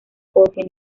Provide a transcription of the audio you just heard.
jorge